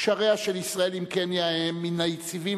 קשריה של ישראל עם קניה הם מן היציבים